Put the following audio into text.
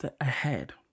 ahead